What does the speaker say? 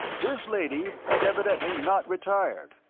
this lady had evidently not retired,